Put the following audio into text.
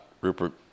Rupert